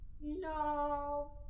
No